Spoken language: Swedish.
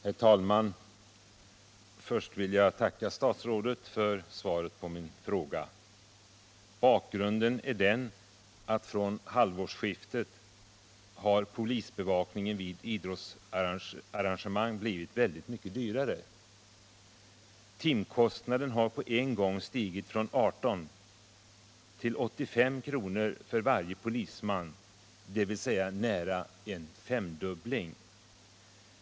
Herr talman! Först vill jag tacka statsrådet för svaret på min fråga. Bakgrunden är att från halvårsskiftet har polisbevakningen vid idrottsarrangemang blivit väldigt mycket dyrare. Timkostnaden har på en gång stigit från 18 till 85 kr. för varje polisman, vilket innebär nästan en femdubbling.